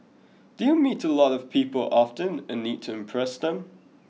do you meet a lot of people often and need to impress them